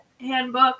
handbook